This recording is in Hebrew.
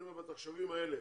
אני אומר בתחשיבים האלה,